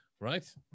right